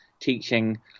teaching